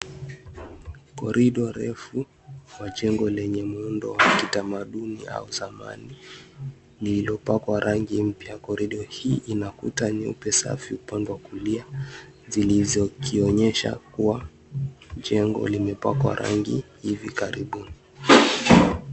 Corridor refu kwa jengo lenye muundo wa kitamaduni au zamani lililopakwa rangi mpya. Corridor hii ina kuta nyeupe safi upande wa kulia zilizokionyesha kuwa jengo limepakwa rangi hivi karibuni.